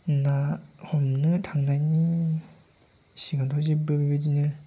ना हमनो थांनायनि सिगांथ' जेबो बेबायदिनो